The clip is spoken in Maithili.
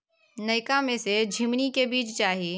नयका में से झीमनी के बीज चाही?